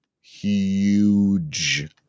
huge